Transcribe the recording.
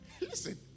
Listen